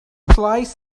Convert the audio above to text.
slice